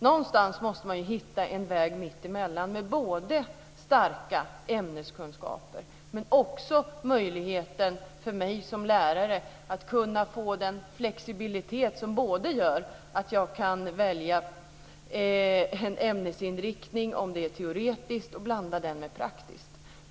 Man måste hitta en väg mittemellan med både starka ämneskunskaper och möjligheter för mig som lärare att få den flexibilitet som gör att jag kan välja en teoretisk ämnesinriktning och blanda den med det praktiska.